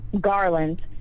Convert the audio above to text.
Garland